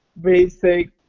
basic